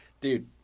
dude